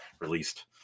released